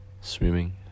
swimming